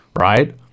right